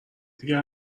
دیگه